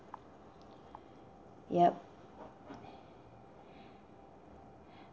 yup